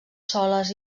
soles